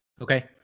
okay